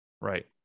right